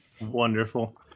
Wonderful